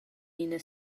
ina